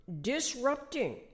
disrupting